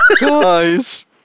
Guys